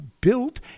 built